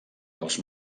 els